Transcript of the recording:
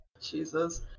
jesus